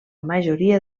majoria